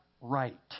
right